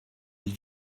ils